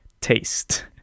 taste